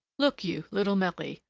look you, little marie,